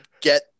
get